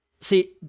See